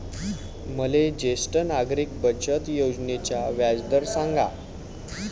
मले ज्येष्ठ नागरिक बचत योजनेचा व्याजदर सांगा